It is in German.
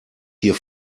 hier